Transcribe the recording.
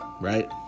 right